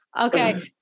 Okay